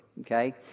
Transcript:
okay